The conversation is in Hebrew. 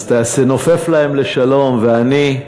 אז תנופף להם לשלום, ואני,